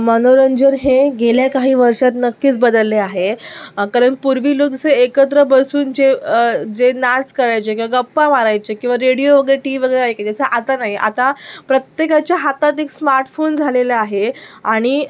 मनोरंजन हे गेल्या काही वर्षात नक्कीच बदलले आहे कारण पूर्वी लोक जसे एकत्र बसून जे जे नाच करायचे किंवा गप्पा मारायचे किंवा रेडिओ वगैरे टी वी वगैरे ऐकायचे असं आता नाही आहे आता प्रत्येकाच्या हातात एक स्माटफोन झालेला आहे आणि